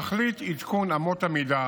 תכלית עדכון אמות המידה